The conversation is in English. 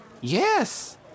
Yes